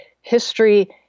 history